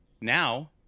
now